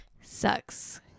Sucks